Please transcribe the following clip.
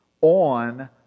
on